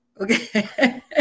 okay